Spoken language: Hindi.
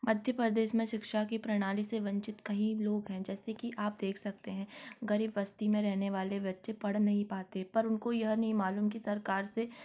मध्य प्रदेश में शिक्षा की प्रणाली से वंचित कई लोग हैं जैसे कि आप देख सकते हैं गरीब बस्ती में रहने वाले बच्चे पढ़ नहीं पाते पर उनको यह नहीं मालूम कि सरकार से